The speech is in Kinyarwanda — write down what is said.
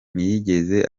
ntiyigeze